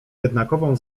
jednaką